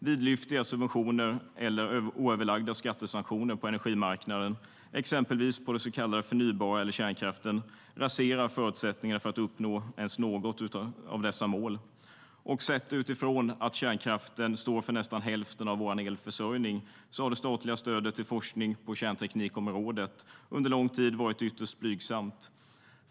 Vidlyftiga subventioner eller oöverlagda skattesanktioner på energimarknaden, exempelvis på det så kallade förnybara eller kärnkraften, raserar förutsättningarna för att uppnå ens något av dessa mål. Sett utifrån att kärnkraften står för nästan hälften av vår elförsörjning har det statliga stödet till forskning på kärnteknikområdet under lång tid varit ytterst blygsamt.